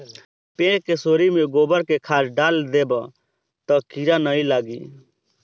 पेड़ के सोरी में गोबर के खाद डाल देबअ तअ कीरा नाइ लागी